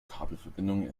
kabelverbindungen